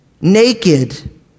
naked